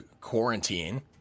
quarantine